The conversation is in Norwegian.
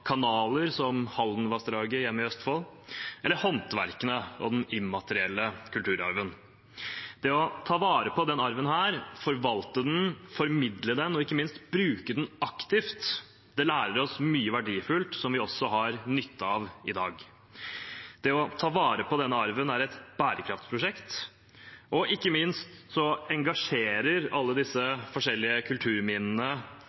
kanaler, som Haldenvassdraget hjemme i Østfold, eller håndverkene og den immaterielle kulturarven. Det å ta vare på denne arven, forvalte den, formidle den og ikke minst bruke den aktivt, lærer oss mye verdifullt som vi har nytte av også i dag. Det å ta vare på denne arven er et bærekraftsprosjekt. Ikke minst engasjerer alle